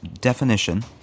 Definition